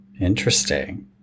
Interesting